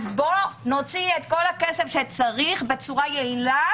בוא נוציא את כל הכסף שצריך בצורה יעילה